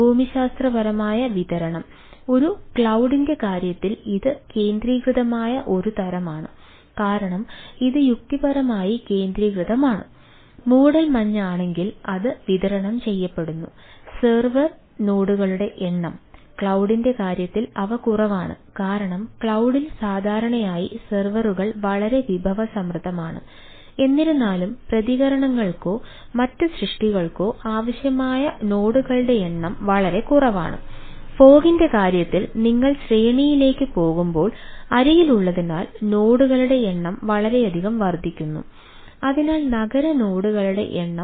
ഭൂമിശാസ്ത്രപരമായ വിതരണം ഒരു ക്ലൌഡ്